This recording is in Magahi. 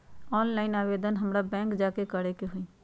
ऑनलाइन आवेदन हमरा बैंक जाके करे के होई?